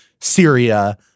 Syria